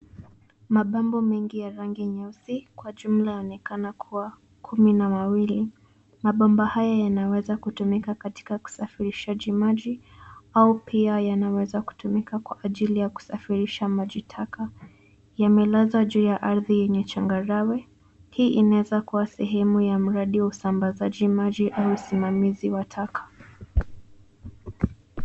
Mabomba mengi ya rangi nyeusi kwa jumla yaonekana kuwa kumi na mawili. Mabomba haya yanaweza kutumika katika kusafirishaji maji au pia yanaweza kutumika kwa ajili ya kusafirisha maji taka. Yamelazwa juu ya ardhi yenye changarawe, hii inaweza kuwa sehemu ya mradi wa usambazaji maji au usimamizi wa taka.